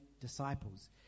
disciples